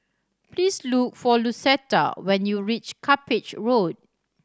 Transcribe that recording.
please look for Lucetta when you reach Cuppage Road